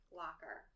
locker